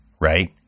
right